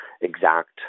exact